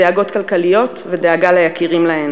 דאגות כלכליות ודאגה ליקירים להן.